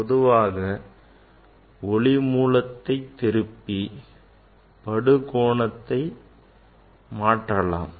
பொதுவாக ஒளி மூலத்தை திருப்பி படு கோணத்தை மாற்றலாம்